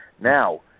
Now